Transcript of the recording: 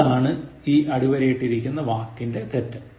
എന്താണ് ഈ അടിവരയിട്ടിരിക്കുന്ന വാക്കിലെ തെറ്റ്